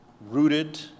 rooted